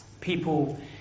people